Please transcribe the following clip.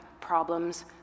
problems